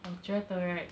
我觉得 right